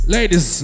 Ladies